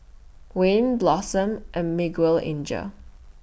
Wayne Blossom and Miguelangel